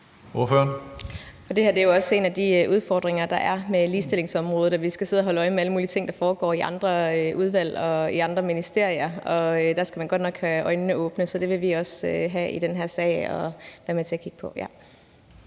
Det her er jo også en af de udfordringer, der er på ligestillingsområdet, altså at vi skal sidde og holde øje med alle mulige ting, der foregår i andre udvalg og i andre ministerier, og der skal man godt nok have øjnene åbne. Så det vil vi også have i den her sag,